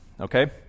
okay